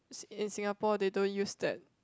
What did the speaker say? s~ in Singapore they don't use that